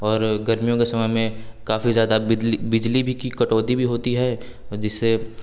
और गर्मियों के समय में काफ़ी ज़्यादा बिदली बिजली भी की कटौती भी होती है जिससे